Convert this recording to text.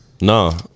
No